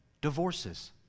divorces